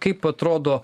kaip atrodo